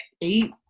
eight